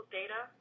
data